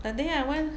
that day I went